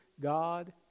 God